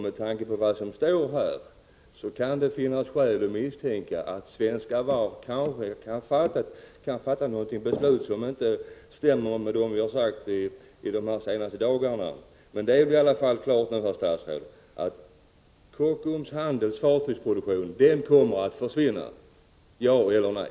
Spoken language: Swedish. Med tanke på vad som står i svaret kan det kanske finnas skäl att misstänka att Svenska Varv kan fatta ett beslut som inte stämmer med det vi har sagt under det senaste dagarna. Men det är väl i alla fall klart nu, herr statsråd, att Kockums handelsfartygsproduktion kommer att försvinna — ja eller nej?